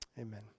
amen